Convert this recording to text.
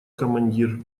командир